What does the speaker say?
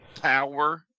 Power